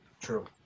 true